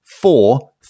four